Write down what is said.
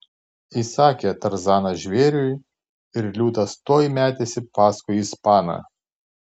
įsakė tarzanas žvėriui ir liūtas tuoj metėsi paskui ispaną